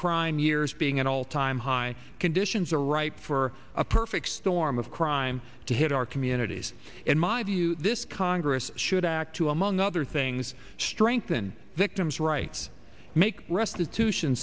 crime years being an all time high conditions are ripe for a perfect storm of crime to hit our communities in my view this congress should act to among other things strengthen victims rights make restitution